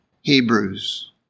Hebrews